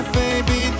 baby